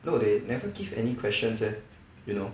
no they never give any questions eh you know